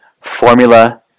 Formula